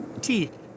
teeth